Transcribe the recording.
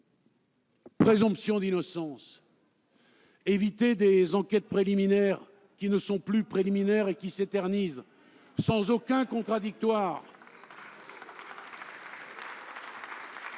présomption d'innocence ; éviter des enquêtes préliminaires qui ne sont plus préliminaires et qui s'éternisent sans aucun contradictoire.